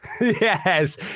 yes